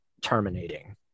terminating